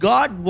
God